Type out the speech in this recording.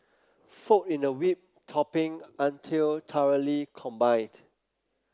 fold in the whipped topping until thoroughly combined